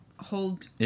hold